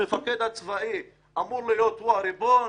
המפקד הצבאי אמור להיות הריבון,